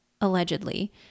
allegedly